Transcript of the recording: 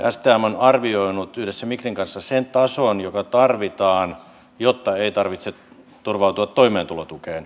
stm on arvioinut yhdessä migrin kanssa sen tason joka tarvitaan jotta ei tarvitse turvautua toimeentulotukeen